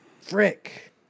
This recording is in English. Frick